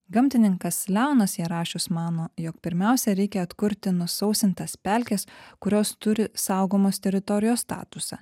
gamtininkas leonas jarašius mano jog pirmiausia reikia atkurti nusausintas pelkes kurios turi saugomos teritorijos statusą